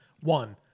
One